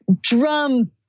drum